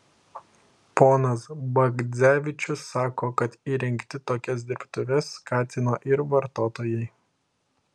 ponas bagdzevičius sako kad įrengti tokias dirbtuves skatino ir vartotojai